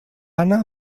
anna